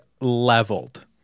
leveled